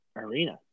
arena